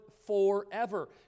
forever